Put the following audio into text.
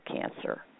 cancer